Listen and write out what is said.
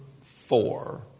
four